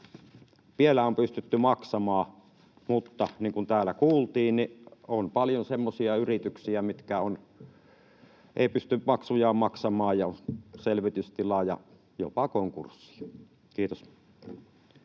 Vielä on pystytty maksamaan, mutta niin kuin täällä kuultiin, on paljon semmoisia yrityksiä, mitkä eivät pysty maksujaan maksamaan, joutuvat selvitystilaan ja jopa konkurssiin. — Kiitos.